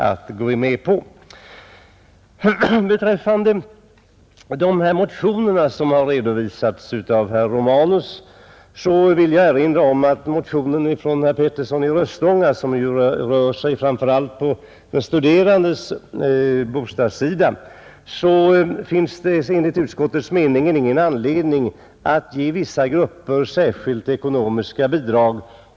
När det gäller de motioner som redovisats av herr Romanus vill jag erinra om att motionen av herr Petersson i Röstånga framför allt rör de studerandes bostadssituation, och enligt utskottets mening finns det inte någon anledning att ge vissa grupper särskilda ekonomiska bidrag.